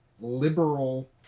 liberal